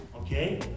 Okay